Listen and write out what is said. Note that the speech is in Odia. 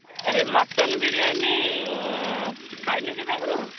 ଆରେ ମଟନ୍ ବିରିୟାନି ଖାଇନୁ କେବେ ଆଗରୁ